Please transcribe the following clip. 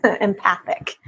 empathic